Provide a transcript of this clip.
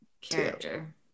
Character